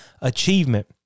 achievement